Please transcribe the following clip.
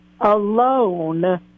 alone